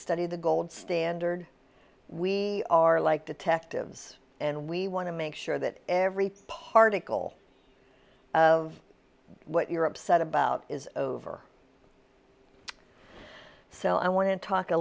study the gold standard we are like detectives and we want to make sure that every particle of what you're upset about is over so i want to talk a